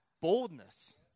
boldness